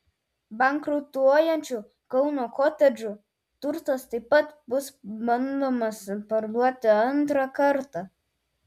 bankrutuojančių kauno kotedžų turtas taip pat bus bandomas parduoti antrą kartą